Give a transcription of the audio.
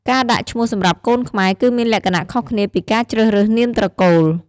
ការដាក់ ឈ្មោះ សម្រាប់កូនខ្មែរ គឺមានលក្ខណៈខុសគ្នាពីការជ្រើសរើសនាមត្រកូល។